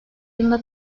yılında